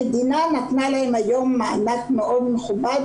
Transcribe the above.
המדינה נתנה להם היום מענק מאוד מכובד